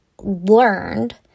learned